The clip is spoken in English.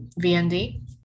VND